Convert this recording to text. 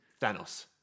Thanos